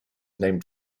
named